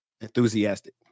enthusiastic